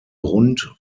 rund